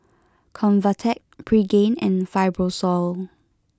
Convatec Pregain and Fibrosol